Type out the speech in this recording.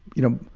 you know,